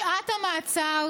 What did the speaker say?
שעת המעצר,